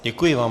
Děkuji vám.